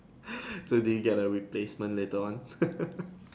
so did you get a replacement later on